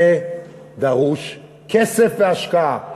לזה דרוש כסף והשקעה,